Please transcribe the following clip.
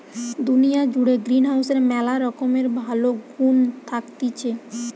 দুনিয়া জুড়ে গ্রিনহাউসের ম্যালা রকমের ভালো গুন্ থাকতিছে